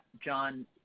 John